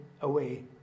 away